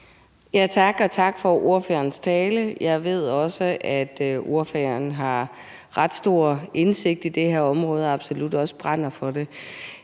(SF): Tak for ordførerens tale. Jeg ved også, at ordføreren har ret stor indsigt i det her område og absolut også brænder for det.